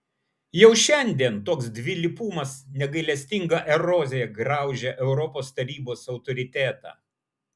jau šiandien toks dvilypumas negailestinga erozija graužia europos tarybos autoritetą